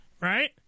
right